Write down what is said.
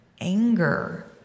anger